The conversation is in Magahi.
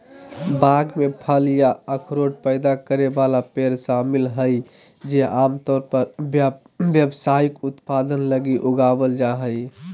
बाग में फल या अखरोट पैदा करे वाला पेड़ शामिल हइ जे आमतौर पर व्यावसायिक उत्पादन लगी उगावल जा हइ